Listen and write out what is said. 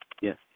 Yes